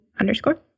Underscore